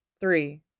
Three